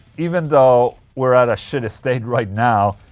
even though we're at a shitty state right now,